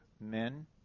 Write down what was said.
men